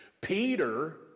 Peter